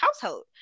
household